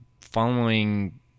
following